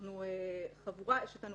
ואנחנו חבורה, יש איתנו